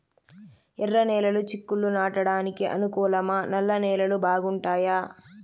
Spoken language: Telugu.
ఎర్రనేలలు చిక్కుళ్లు నాటడానికి అనుకూలమా నల్ల నేలలు బాగుంటాయా